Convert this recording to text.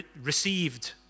received